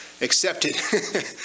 accepted